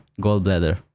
gallbladder